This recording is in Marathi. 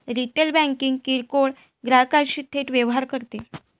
रिटेल बँकिंग किरकोळ ग्राहकांशी थेट व्यवहार करते